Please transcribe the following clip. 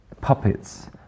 puppets